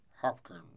Hopkins